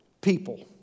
people